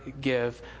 give